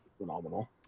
Phenomenal